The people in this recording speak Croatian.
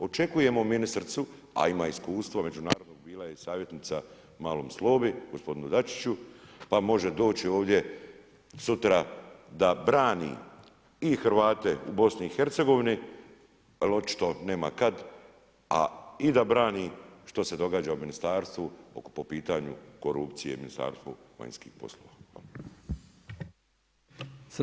Očekujemo ministricu a ima iskustvo međunarodno, bila je i savjetnica malom Slobi, gospodinu Dačiću pa može doći ovdje sutra da brani i Hrvate u BiH-a jer očito nema kad a i da brani što se događa u Ministarstvu po pitanju korupcije u Ministarstvu vanjskih poslova.